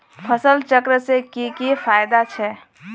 फसल चक्र से की की फायदा छे?